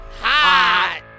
Hot